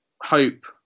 hope